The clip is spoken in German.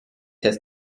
dass